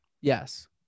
Yes